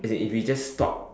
as in if we just stop